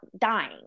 dying